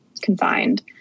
confined